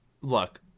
look